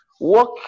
Work